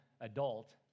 adult